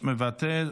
מוותר,